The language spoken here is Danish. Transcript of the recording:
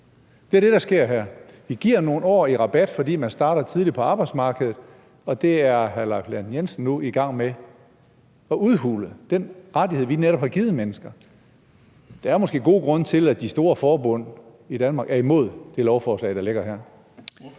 Det er det, der sker her. Vi giver nogle år i rabat, fordi man starter tidligt på arbejdsmarkedet, og den rettighed, vi netop har givet mennesker, er hr. Leif Lahn Jensen nu i gang med at udhule. Der er måske gode grunde til, at de store forbund i Danmark er imod det lovforslag, der ligger her.